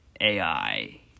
AI